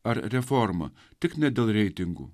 ar reforma tik ne dėl reitingų